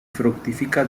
fructifica